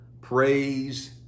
praise